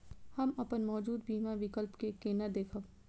हम अपन मौजूद बीमा विकल्प के केना देखब?